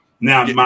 Now